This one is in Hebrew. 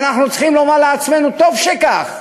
אנחנו צריכים לומר לעצמנו: טוב שכך,